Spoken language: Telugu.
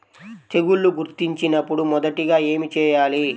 తెగుళ్లు గుర్తించినపుడు మొదటిగా ఏమి చేయాలి?